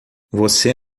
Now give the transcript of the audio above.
você